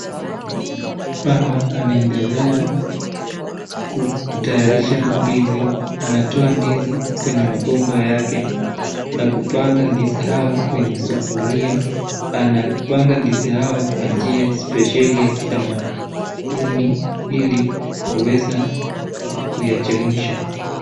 Mama anaendelea kutayarisha ndizi anatoa ndizi kwenye magomba yake na kupanga ndizi hawa kwenye sufuria. Anapanga ndizi hawa kwa njia spesheli ya kitamaduni ili kuweza kuyachemsha.